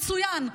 מצוין,